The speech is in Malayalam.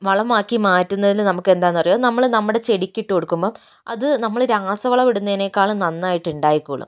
വളമാക്കി മാറ്റുന്നതില് നമുക്കെന്താന്നറിയോ നമ്മള് നമ്മുടെ ചെടിക്ക് ഇട്ട് കൊടുക്കുമ്പം അത് നമ്മള് രാസവളം ഇടുന്നതിനേക്കാളും നന്നായിട്ട് ഉണ്ടായിക്കോളും